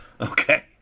Okay